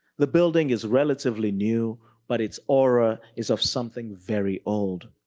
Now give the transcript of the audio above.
the building is relatively new but its aura is of something very old.